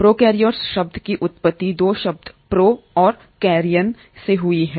prokaryotes शब्द की उत्पत्ति 2 शब्दों प्रो और कैरियन से हुई है